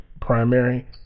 primary